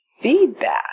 feedback